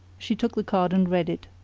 she took the card and read it.